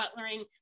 butlering